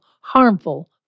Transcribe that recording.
harmful